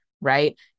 right